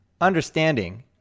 understanding